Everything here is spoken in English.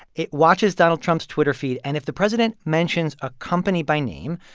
it watches donald trump's twitter feed. and if the president mentions a company by name,